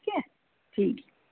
ठीक ऐ ठीक ऐ